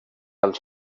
els